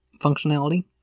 functionality